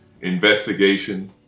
Investigation